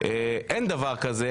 אין דבר כזה,